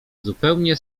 zupełnie